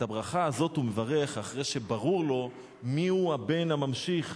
את הברכה הזאת הוא מברך אחרי שברור לו מיהו הבן הממשיך,